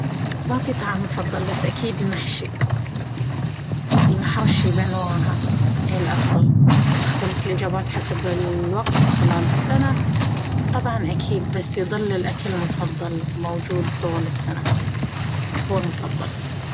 مافي طعام مفضل بس أكيد المحشي، المحاشي بأنواعها هي الأفضل! تختلف الإجابات حسب الوقت خلال السنة؟ طبعا أكيد بس يظل الأكل المفضل موجود طول السنة. هو المفضل.